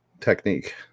technique